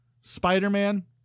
Spider-Man